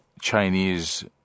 Chinese